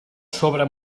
sobre